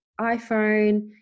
iPhone